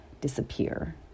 disappear